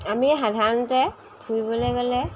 আমি সাধাৰণতে ফুৰিবলৈ গ'লে